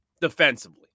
defensively